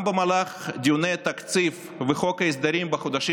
גם במהלך דיוני התקציב וחוק ההסדרים בחודשים